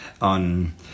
on